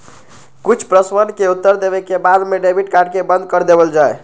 कुछ प्रश्नवन के उत्तर देवे के बाद में डेबिट कार्ड के बंद कर देवल जाहई